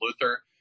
Luther